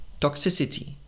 Toxicity